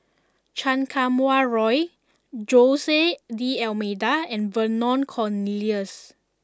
Chan Kum Wah Roy Jose D'almeida and Vernon Cornelius